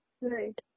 Right